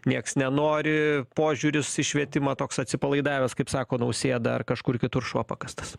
nieks nenori požiūris į švietimą toks atsipalaidavęs kaip sako nausėda ar kažkur kitur šuo pakastas